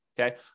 okay